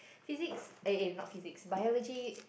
physics eh eh not physics biology